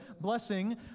blessing